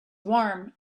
warm